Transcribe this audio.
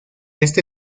este